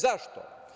Zašto?